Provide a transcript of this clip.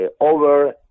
over